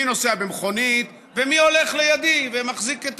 מי נוסע במכונית ומי הולך לידי ומחזיק את